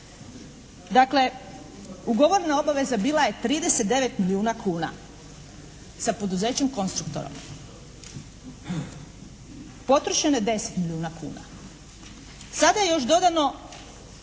Dakle, ugovorna obaveza bila je 39 milijuna kuna sa poduzećem "Konstruktorom". Potrošeno je 10 milijuna kuna. Sada je još dodano